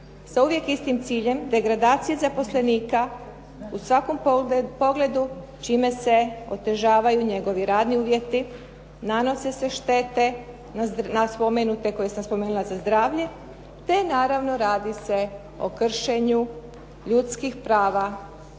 sa uvijek istim ciljem, degradacije zaposlenika u svakom pogledu čime se otežavaju njegovi radni uvjeti, nanose štete na spomenute koje sam spomenula za zdravlje te naravno radi se o kršenju ljudskih prava